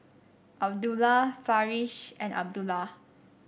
Abdullah Farish and Abdullah